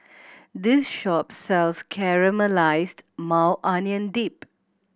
this shop sells Caramelized Maui Onion Dip